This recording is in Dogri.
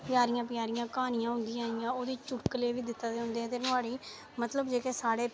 प्यारियां प्यारियां क्हानियां होंदियां हियां ओह्दे च चुटकले बी दित्ते दे होंदे ते नुआढ़े च मतलब जेह्के साढ़े